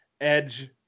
Edge